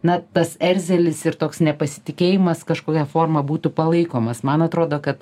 na tas erzelis ir toks nepasitikėjimas kažkokia forma būtų palaikomas man atrodo kad